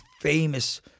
famous